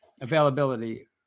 availability